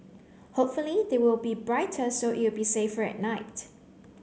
hopefully they will be brighter so it'll be safer at night